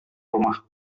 rumah